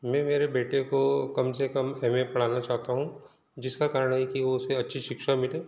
मैं मेरे बेटे को कम से कम एमए पढ़ाना चाहता हूँ जिसका कारण है कि वो उसे अच्छी शिक्षा मिले